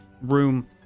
room